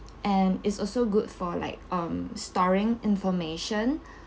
and it's also good for like um storing information